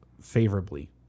favorably